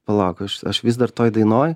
palauk aš aš vis dar toj dainoj